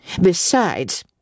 Besides